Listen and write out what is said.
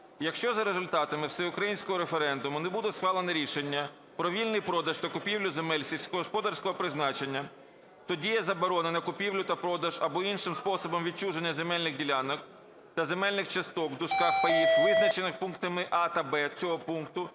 "Якщо за результатами всеукраїнського референдуму не буде схвалено рішення про вільний продаж та купівлю земель сільськогосподарського призначення, то дія заборони на купівлю та продаж або іншим способом відчуження земельних ділянок та земельних часток (паїв), визначених підпунктами "а" та "б" цього пункту,